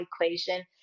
equation